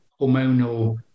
hormonal